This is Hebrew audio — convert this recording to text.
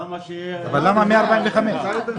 למה 145 שקלים?